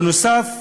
בנוסף,